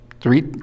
three